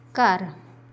ਘਰ